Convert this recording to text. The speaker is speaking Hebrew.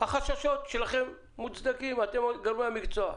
החששות שלכם מוצדקים, אתם גורמי המקצוע,